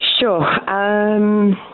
Sure